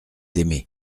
aimé